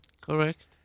Correct